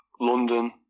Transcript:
London